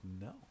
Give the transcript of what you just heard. no